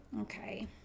okay